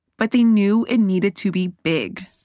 but they knew it needed to be big